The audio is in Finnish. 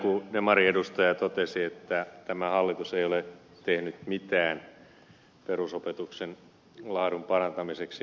täällä joku demariedustaja totesi että tämä hallitus ei ole tehnyt mitään perusopetuksen laadun parantamiseksi